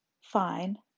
fine